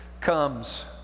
comes